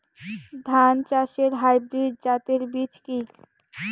ধান চাষের হাইব্রিড জাতের বীজ কি?